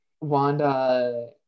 Wanda